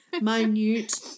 minute